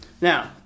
Now